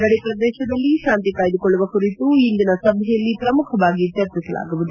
ಗಡಿ ಪ್ರದೇಶದಲ್ಲಿ ಶಾಂತಿ ಕಾಯ್ದುಕೊಳ್ಳುವ ಕುರಿತು ಇಂದಿನ ಸಭೆಯಲ್ಲಿ ಪ್ರಮುಖವಾಗಿ ಚರ್ಚಿಸಲಾಗುವುದು